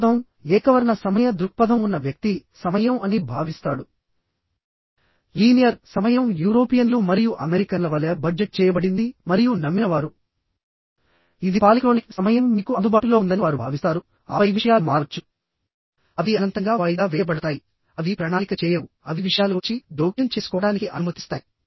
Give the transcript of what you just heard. దృక్పథంఏకవర్ణ సమయ దృక్పథం ఉన్న వ్యక్తి సమయం అని భావిస్తాడు లీనియర్సమయం యూరోపియన్లు మరియు అమెరికన్ల వలె బడ్జెట్ చేయబడింది మరియు నమ్మిన వారు ఇది పాలిక్రోనిక్ సమయం మీకు అందుబాటులో ఉందని వారు భావిస్తారుఆపై విషయాలు మారవచ్చు అవి అనంతంగా వాయిదా వేయబడతాయిఅవి ప్రణాళిక చేయవుఅవి విషయాలు వచ్చి జోక్యం చేసుకోవడానికి అనుమతిస్తాయి